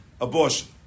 abortion